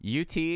UT